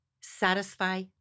satisfy